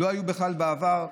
לא היו בכלל בעבר,